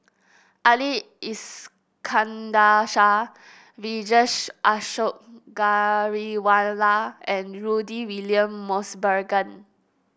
Ali Iskandar Shah Vijesh Ashok Ghariwala and Rudy William Mosbergen